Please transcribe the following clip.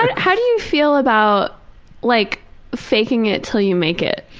and how do you feel about like faking it till you make it?